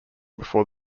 before